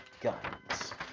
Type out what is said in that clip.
guns